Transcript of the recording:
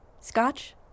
Scotch